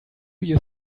you